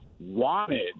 wanted